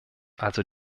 also